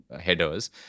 Headers